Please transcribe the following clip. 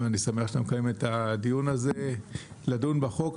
אני שמח שאתה מקיים את הדיון הזה לדון בחוק.